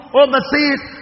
overseas